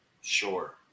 Sure